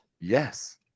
Yes